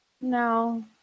No